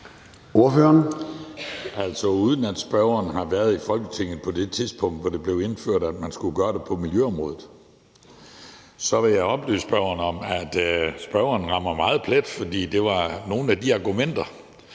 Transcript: (V): Da spørgeren ikke var i Folketinget på det tidspunkt, hvor det blev indført, at man skulle gøre det på miljøområdet, vil jeg oplyse spørgeren om, at spørgeren rammer meget plet, for det var nogle af de argumenter,